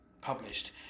published